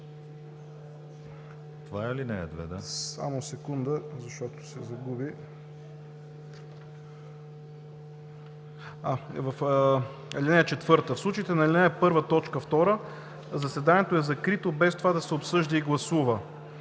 В случаите по ал. 1, т. 2 заседанието е закрито без това да се обсъжда и гласува.